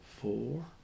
four